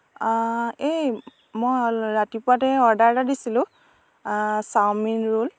এই মই ৰাতিপুৱাতে অৰ্ডাৰ এটা দিছিলোঁ চাওমিন ৰ'ল